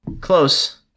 Close